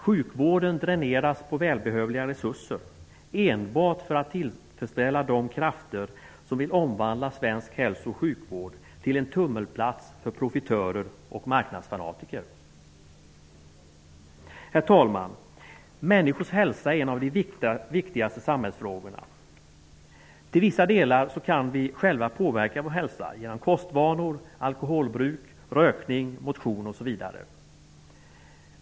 Sjukvården dräneras nu på välbehövliga resurser enbart för att tillfredsställa de krafter som vill omvandla svensk hälso och sjukvård till en tummelplats för profitörer och marknadsfanatiker. Herr talman! Människors hälsa är en av de viktigaste samhällsfrågorna. Till vissa delar kan vi själva påverka vår hälsa genom våra kostvanor, vårt alkoholbruk, rökning, motion osv.